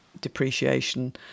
depreciation